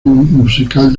musical